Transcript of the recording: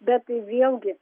bet vėlgi